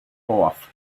off